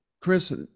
Chris